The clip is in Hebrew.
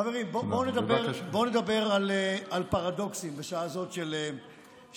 חברים, בואו נדבר על פרדוקסים בשעה זו של ערב.